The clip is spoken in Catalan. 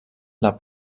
del